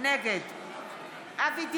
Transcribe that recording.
נגד אבי דיכטר,